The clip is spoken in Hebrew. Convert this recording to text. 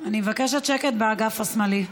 אני מבקשת שקט באגף השמאלי.